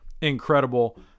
incredible